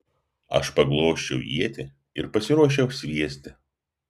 aš paglosčiau ietį ir pasiruošiau sviesti